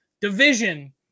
division